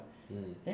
mm